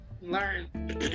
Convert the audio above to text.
learn